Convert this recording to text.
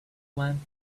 one